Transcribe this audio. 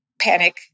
panic